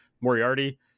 Moriarty